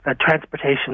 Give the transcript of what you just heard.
transportation